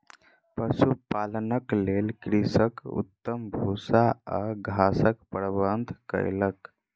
पशुपालनक लेल कृषक उत्तम भूस्सा आ घासक प्रबंध कयलक